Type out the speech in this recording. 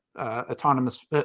autonomous